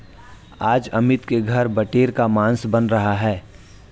आज अमित के घर बटेर का मांस बन रहा है